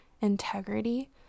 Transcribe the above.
integrity